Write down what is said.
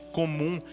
comum